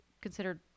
considered